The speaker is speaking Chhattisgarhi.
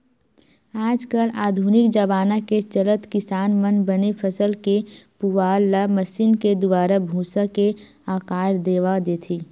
आज कल आधुनिक जबाना के चलत किसान मन बने फसल के पुवाल ल मसीन के दुवारा भूसा के आकार देवा देथे